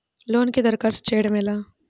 లోనుకి దరఖాస్తు చేయడము ఎలా?